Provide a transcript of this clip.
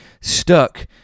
stuck